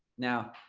now,